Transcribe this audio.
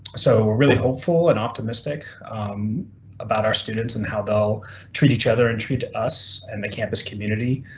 so we're really hopeful and optimistic about our students and how they'll treat each other and treat us and the campus community.